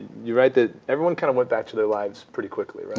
you write that everyone kind of went back to their lives pretty quickly, right?